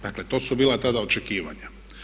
Dakle, to su bila tada očekivanja.